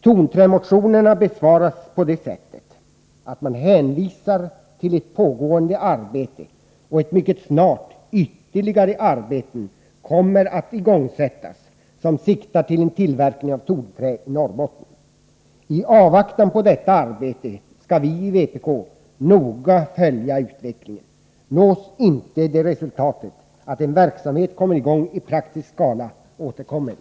Tonträmotionerna besvaras på det sättet att man hänvisar till ett pågående arbete och att mycket snart ytterligare arbeten kommer att igångsättas som siktar till en tillverkning av tonträ i Norrbotten. I avvaktan på detta arbete skall vi i vpk noga följa utvecklingen. Nås inte det resultatet att en verksamhet kommer i gång i praktisk skala återkommer vi.